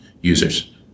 users